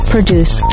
Produce